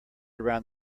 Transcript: around